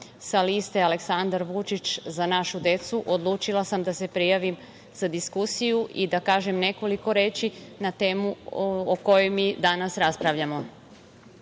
sa Liste Aleksandar Vućić – Za našu decu, odlučila sam da se prijavim za diskusiju i da kažem nekoliko reči na temu o kojoj mi danas raspravljamo. Naime,